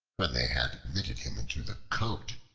when they had admitted him into the cote,